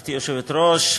גברתי היושבת-ראש,